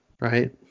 Right